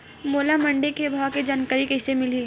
मोला मंडी के भाव के जानकारी कइसे मिलही?